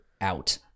out